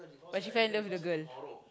but she fell in love with the girl